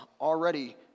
already